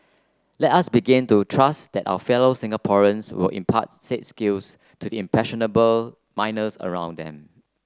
let us begin to trust that our fellow Singaporeans will impart said skills to the impressionable minors around them